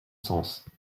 sens